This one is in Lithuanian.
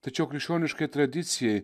tačiau krikščioniškai tradicijai